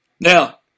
Now